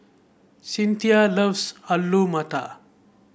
Cinthia loves Alu Matar